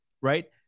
right